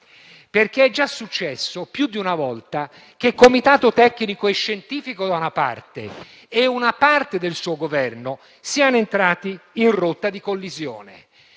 perché è già successo più di una volta che comitato tecnico-scientifico da una parte e una parte del suo Governo siano entrati in rotta di collisione: